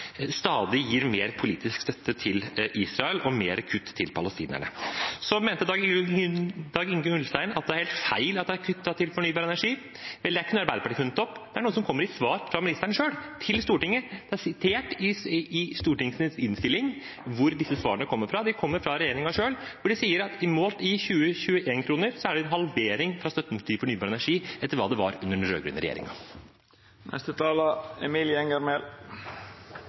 stadig gir mer politisk støtte til Israel og flere kutt til palestinerne. Så mente Dag Inge Ulstein at det er helt feil at det er kuttet til fornybar energi. Vel, det er ikke noe Arbeiderpartiet har funnet på. Det er noe som kommer i svar fra ministeren selv til Stortinget. Det er sitert i innstillingen til Stortinget hvor disse svarene kommer fra. De kommer fra regjeringen selv, hvor de sier at målt i 2021-kroner er det en halvering i støtten til fornybar energi sammenlignet med hva det var under den